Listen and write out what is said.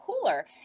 cooler